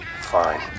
Fine